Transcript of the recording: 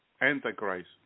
Antichrist